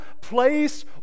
place